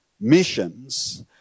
missions